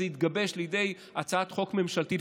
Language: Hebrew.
זה התגבש לידי הצעת חוק ממשלתית.